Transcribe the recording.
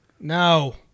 No